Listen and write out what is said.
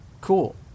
Cool